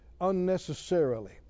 unnecessarily